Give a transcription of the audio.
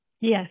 yes